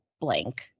blank